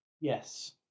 yes